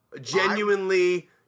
Genuinely